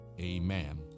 amen